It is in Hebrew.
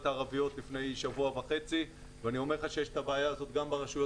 הערביות לפני שבוע וחצי ואני אומר לך שיש את הבעיה הזאת גם ברשויות